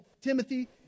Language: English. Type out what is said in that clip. timothy